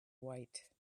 white